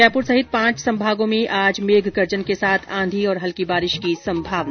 जयपुर सहित पांच संभागों में आज मेघ गर्जन के साथ आंधी और हल्की बारिश की संभावना